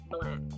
black